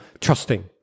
trusting